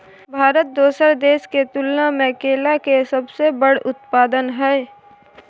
भारत दोसर देश के तुलना में केला के सबसे बड़ उत्पादक हय